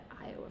Iowa